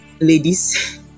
ladies